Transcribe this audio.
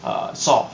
err sort